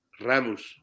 Ramos